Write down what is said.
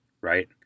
right